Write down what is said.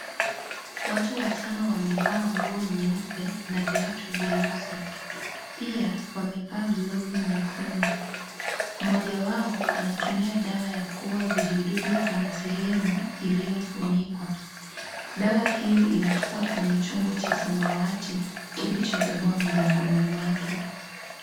Watu watano wamevaa nguo nyeupe na viatu nyeusi pia wamevaa glovu nyekundu mmoja wao anatumia dawa ya kuua vijidudu kwenye sehemu iliyofunikwa dawa hio inatoka kwenye chombo cha samawati kilichobebwa mgongoni mwake.